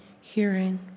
hearing